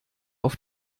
auf